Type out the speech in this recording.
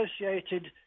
associated